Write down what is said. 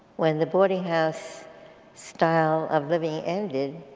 when the boarding house style of living ended,